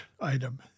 item